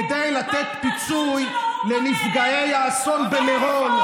כדי לתת פיצוי לנפגעי האסון במירון,